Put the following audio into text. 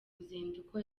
ruzinduko